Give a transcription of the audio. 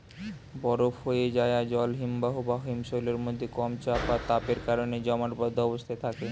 বরফ হোয়ে যায়া জল হিমবাহ বা হিমশৈলের মধ্যে কম চাপ আর তাপের কারণে জমাটবদ্ধ অবস্থায় থাকে